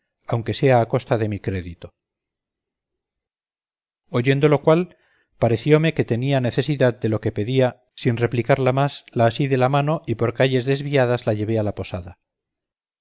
aunque sea a costa de mi crédito oyendo lo cual pareciéndome que tenía necesidad de lo que pedía sin replicarla más la así de la mano y por calles desviadas la llevé a la posada